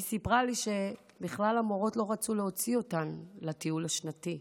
היא סיפרה לי שהמורות בכלל לא רצו להוציא אותן לטיול השנתי,